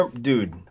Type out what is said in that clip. Dude